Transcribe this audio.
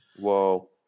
Whoa